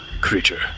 creature